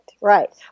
right